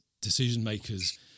decision-makers